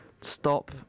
stop